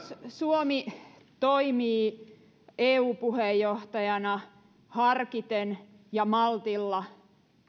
suomi toimii eu puheenjohtajana harkiten ja maltilla